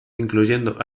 incluyendo